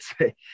say